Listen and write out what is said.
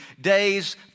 days